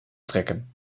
trekken